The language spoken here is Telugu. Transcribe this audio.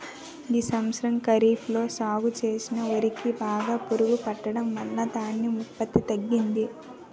ఈ సంవత్సరం ఖరీఫ్ లో సాగు చేసిన వరి కి బాగా పురుగు పట్టడం వలన ధాన్యం ఉత్పత్తి తగ్గింది